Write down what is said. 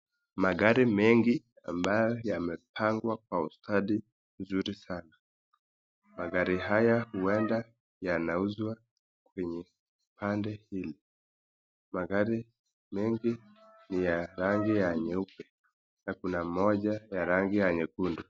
Magari mengi ambayo yamepangwa kwa ustadi mzuri sana, magari haya huenda yanauzwa kwenye pande hili , magari mengi ni ya rangi ya nyeupe na kuna moja ya rangi ya nyekundu.